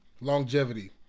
longevity